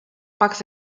box